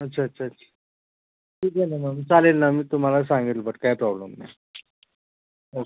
अच्छा अच्छा अच्छा ठीक आहे ना मॅम चालेल ना मी तुम्हाला सांगेल बट काय प्रॉब्लेम नाही ओके